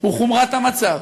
הוא חומרת המצב,